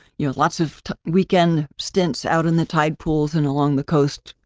you know, lots of weekend stints out in the tide pools and along the coast,